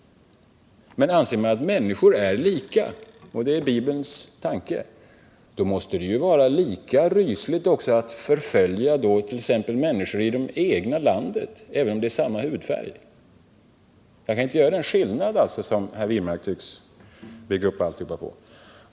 Anser man att människor är lika — och det är Bibelns tanke — måste det vara lika rysligt att förfölja människor i det egna landet, även om de har samma hudfärg. Jag kan inte göra den skillnad som herr Wirmark tycks bygga upp det hela på.